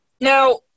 now